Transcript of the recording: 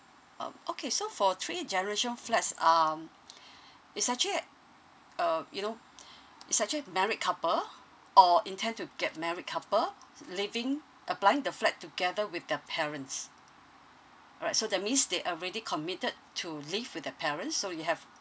um okay so for three generation flats um it's actually uh you know it's actually married couple or intend to get married couple living applying the flat together with their parents alright so that means they already committed to live with their parents so you have